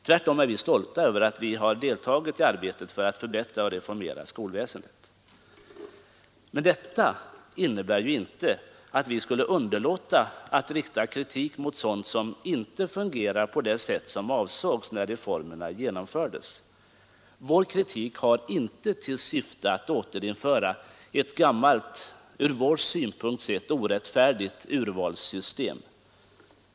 Tvärtom är vi stolta över att vi aktivt har deltagit i arbetet för att förbättra och reformera skolväsendet. Men detta innebär inte, herr statsråd, att vi skulle underlåta att rikta kritik mot sådant som inte fungerar på det sätt som avsågs när reformerna genomfördes. Vår kritik har inte till syfte att återinföra ett gammalt och från vår synpunkt sett orättfärdigt urvalssystem.